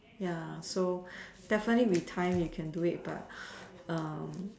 ya so that's why need we time we can do it but